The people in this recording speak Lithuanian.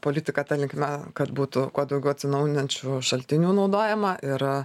politika ta linkme kad būtų kuo daugiau atsinaujinančių šaltinių naudojama ir